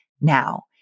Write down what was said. now